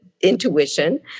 intuition